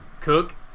Cook